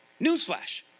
newsflash